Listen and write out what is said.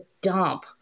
dump